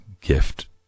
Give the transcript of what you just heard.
gift